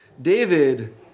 David